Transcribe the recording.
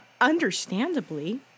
understandably